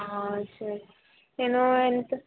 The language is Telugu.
సార్ నేను ఎంత